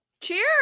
Cheers